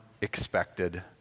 expected